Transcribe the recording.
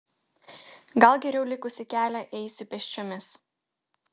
gal geriau likusį kelią eisiu pėsčiomis